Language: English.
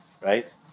right